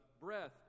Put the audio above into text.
breath